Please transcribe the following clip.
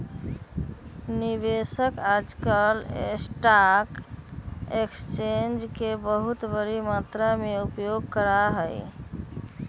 निवेशक आजकल stock exchange के बहुत बडी मात्रा में उपयोग करा हई